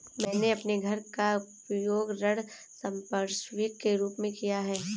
मैंने अपने घर का उपयोग ऋण संपार्श्विक के रूप में किया है